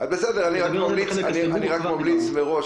בסדר, אני רק ממליץ מראש